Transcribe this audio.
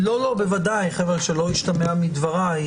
שלא ישתמע מדבריי.